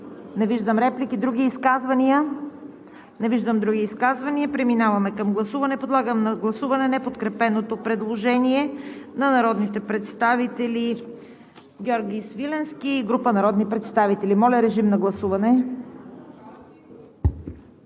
Не виждам. Други изказвания? Не виждам. Преминаваме към гласуване. Подлагам на гласуване неподкрепеното предложение на народните представители Георги Свиленски и група народни представители. Гласували